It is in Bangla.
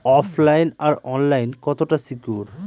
ওফ লাইন আর অনলাইন কতটা সিকিউর?